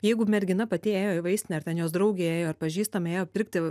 jeigu mergina pati ėjo į vaistinę ar ten jos draugė ėjo pažįstami ėjo pirkti